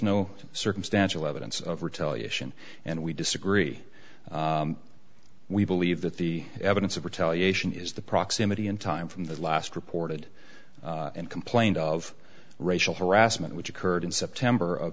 no circumstantial evidence of retaliation and we disagree we believe that the evidence of retaliation is the proximity in time from the last reported and complained of racial harassment which occurred in september of